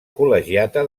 col·legiata